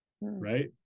right